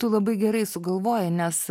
tu labai gerai sugalvojai nes